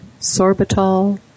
sorbitol